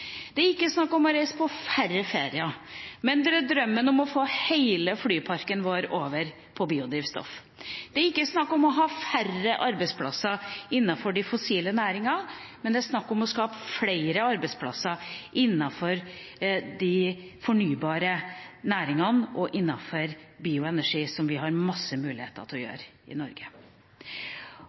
Det er ikke snakk om å reise på færre ferier, det er drømmen om å få hele flyparken vår over på biodrivstoff. Det er ikke snakk om å ha færre arbeidsplasser innenfor de fossile næringene, det er snakk om å skape flere arbeidsplasser innenfor de fornybare næringene og innenfor bioenergi, som vi har mange muligheter til å gjøre i Norge.